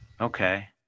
okay